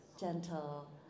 gentle